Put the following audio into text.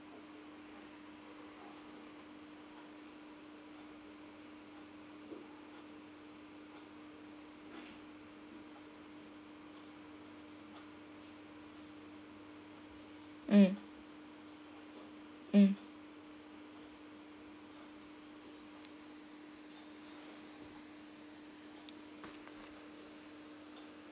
mm mm